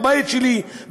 בבית שלי,